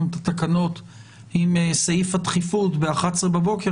את התקנות עם סעיף הדחיפות בשעה 11:00 בבוקר,